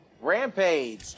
Rampage